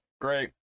great